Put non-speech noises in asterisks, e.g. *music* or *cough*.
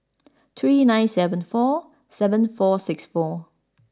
*noise* three nine seven four seven four six four